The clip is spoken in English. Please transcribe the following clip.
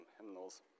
hymnals